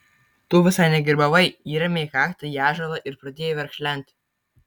tu visai negrybavai įrėmei kaktą į ąžuolą ir pradėjai verkšlenti